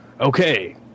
okay